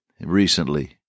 recently